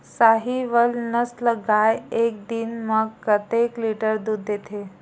साहीवल नस्ल गाय एक दिन म कतेक लीटर दूध देथे?